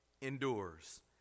endures